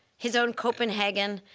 his own copenhagen,